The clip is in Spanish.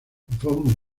von